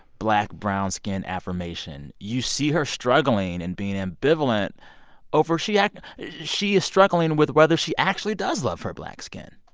black, brown skin affirmation. you see her struggling and being ambivalent over she ah she is struggling with whether she actually does love her black skin,